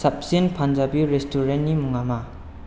साबसिन पान्जाबि रेसटुरेन्टनि मुङा मा